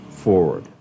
Forward